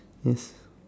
yes